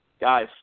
Guys